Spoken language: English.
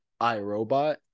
iRobot